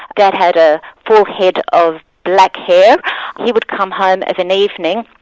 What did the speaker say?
dad had a full head of black hair he would come home of an evening,